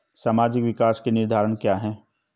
सामाजिक विकास के निर्धारक क्या है?